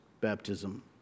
baptism